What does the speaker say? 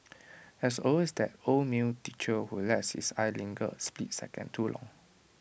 there's always that old male teacher who lets his eyes linger A split second too long